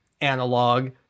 analog